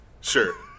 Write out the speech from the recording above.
Sure